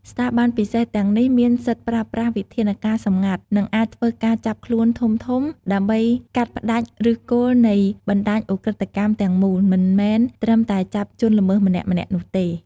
ស្ថាប័នពិសេសទាំងនេះមានសិទ្ធិប្រើប្រាស់វិធានការសម្ងាត់ និងអាចធ្វើការចាប់ខ្លួនធំៗ ដើម្បីកាត់ផ្តាច់ឫសគល់នៃបណ្តាញឧក្រិដ្ឋកម្មទាំងមូល មិនមែនត្រឹមតែចាប់ជនល្មើសម្នាក់ៗនោះទេ។